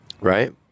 Right